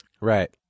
Right